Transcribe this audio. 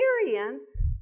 experience